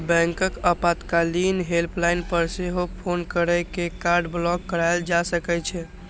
बैंकक आपातकालीन हेल्पलाइन पर सेहो फोन कैर के कार्ड ब्लॉक कराएल जा सकै छै